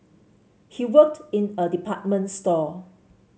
he worked in a department store